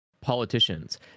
politicians